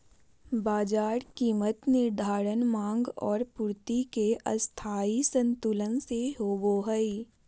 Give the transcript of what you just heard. बाजार कीमत निर्धारण माँग और पूर्ति के स्थायी संतुलन से होबो हइ